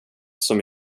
som